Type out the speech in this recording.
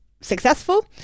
successful